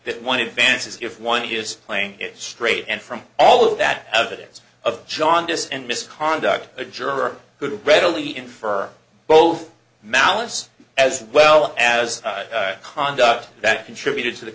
that one advances if one is playing it straight and from all of that evidence of jaundice and misconduct a juror who readily infer both malice as well as conduct that contributed to the